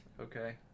Okay